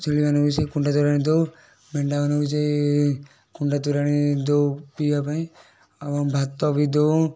ଛେଳି ମାନଙ୍କୁ ବି ସେଇ କୁଣ୍ଡା ତୋରାଣି ଦେଉ ମେଣ୍ଡା ମାନଙ୍କୁ ସେଇ କୁଣ୍ଡା ତୋରାଣି ଦେଉ ପିଇବା ପାଇଁ ଆଉ ଭାତ ବି ଦେଉ